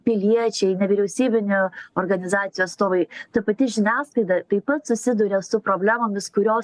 piliečiai nevyriausybinių organizacijų atstovai ta pati žiniasklaida taip pat susiduria su problemomis kurios